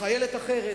וחיילת אחרת,